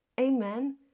Amen